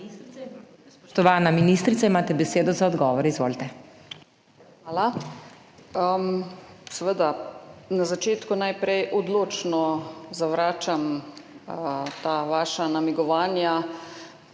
na začetku najprej odločno zavračam ta vaša namigovanja.